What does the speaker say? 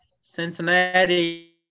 Cincinnati